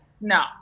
No